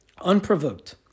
Unprovoked